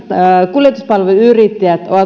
kuljetuspalveluyrittäjät ovat olleet